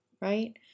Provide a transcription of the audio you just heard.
right